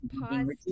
pause